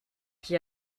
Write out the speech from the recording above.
qui